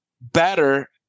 better